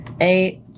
eight